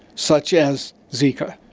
such as zika.